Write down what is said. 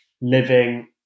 living